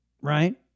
right